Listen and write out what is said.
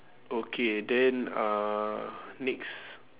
okay then uh next